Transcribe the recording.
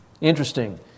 Interesting